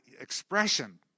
expression